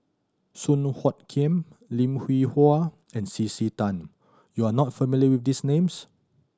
Song Hoot Kiam Lim Hwee Hua and C C Tan you are not familiar with these names